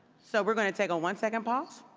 so we're going to take a one-second pause.